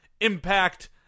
Impact